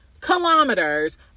kilometers